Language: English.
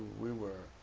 we were.